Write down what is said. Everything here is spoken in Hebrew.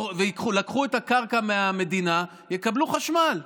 לקחו את הקרקע מהמדינה, יקבלו חשמל.